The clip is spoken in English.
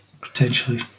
potentially